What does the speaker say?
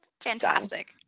fantastic